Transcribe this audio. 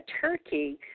Turkey